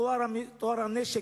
על טוהר הנשק,